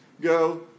go